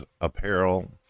apparel